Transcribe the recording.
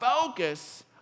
focus